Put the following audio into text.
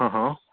हं हं